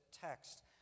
text